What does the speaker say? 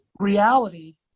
reality